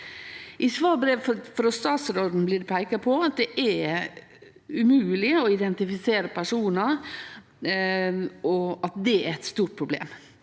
I svarbrevet frå statsråden blir det peikt på at det er umogleg å identifisere personar, og at det er eit stort problem.